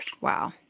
Wow